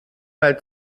weil